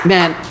Man